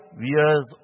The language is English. years